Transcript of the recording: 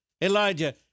Elijah